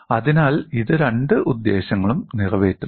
അതിനാൽ ഇത് രണ്ട് ഉദ്ദേശ്യങ്ങളും നിറവേറ്റുന്നു